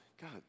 God